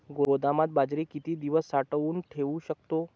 गोदामात बाजरी किती दिवस साठवून ठेवू शकतो?